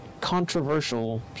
controversial